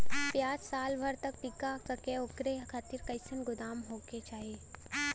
प्याज साल भर तक टीका सके ओकरे खातीर कइसन गोदाम होके के चाही?